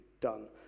done